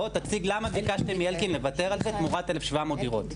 בוא תציג למה ביקשתם מאלקין לבטל את זה תמורת 1700 דירות?